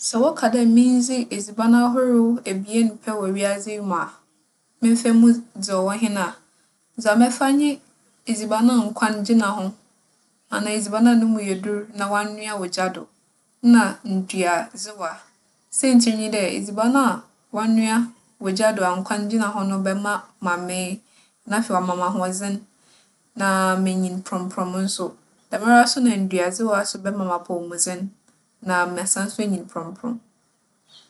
Sɛ wͻka dɛ mindzi edziban ahorow ebien pɛr wͻ wiadze yi mu a, memfa mu dza ͻwͻ hen a, dza mɛfa nye edziban a nkwan gyina ho anaa edziban a no mu yɛ dur, na wͻanoa wͻ gya do nna nduadzewa. Siantsir nye dɛ, edziban a wͻanoa wͻ gya do a nkwan gyina ho no bɛma mamee, na afei wͻaama me ahoͻdzen, na menyin prͻmprͻm so. Dɛmara so na nduadzewa so bɛma me apͻwmudzen na maasan so eenyin prͻmprͻm.